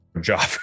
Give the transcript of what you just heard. job